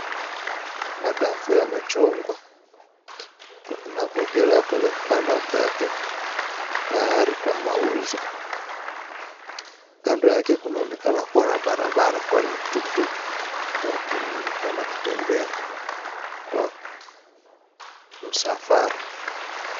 Madafu yamechongwa na kuwekelewa kwenye vibanda vyake, tayari kwa mauzo. Kando yake kunaonekana kuwa na barabara kwani tuktuk tatu zinaonekana kutembea kwa msafara.